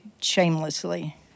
shamelessly